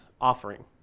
offering